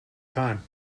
time